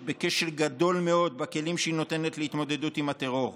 בכשל גדול מאוד בכלים שהיא נותנת להתמודדות עם הטרור.